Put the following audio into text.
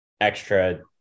extra